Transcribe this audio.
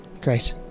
Great